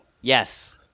Yes